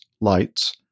lights